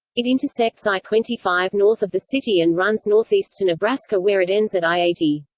it intersects i twenty five north of the city and runs northeast to nebraska where it ends at i eighty.